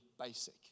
basic